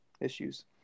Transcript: issues